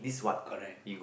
correct